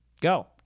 go